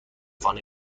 خانه